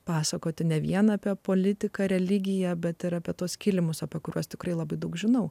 pasakoti ne vien apie politiką religiją bet ir apie tuos kilimus apie kuriuos tikrai labai daug žinau